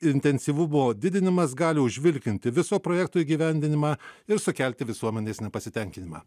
intensyvumo didinimas gali užvilkinti viso projekto įgyvendinimą ir sukelti visuomenės nepasitenkinimą